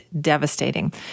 devastating